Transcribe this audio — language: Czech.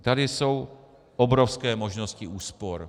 Tady jsou obrovské možnosti úspor.